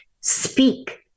speak